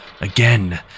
Again